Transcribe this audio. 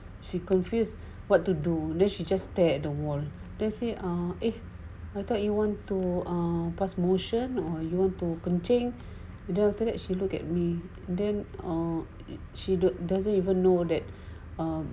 she confused what to do then she just stare at the wall then say ah eh I thought you want to err pass motion or you want to kencing and then after that she looked at me then he or she doesn't even know that um